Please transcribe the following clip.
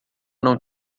não